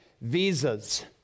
Visas